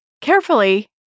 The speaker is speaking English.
carefully